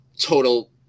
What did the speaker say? total